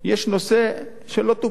יש נושא שלא טופל,